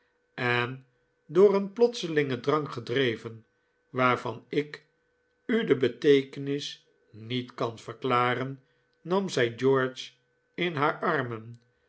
en door een plotselingen drang gedreven waarvan ik u de beteekenis niet kan verklaren nam zij george in haar armen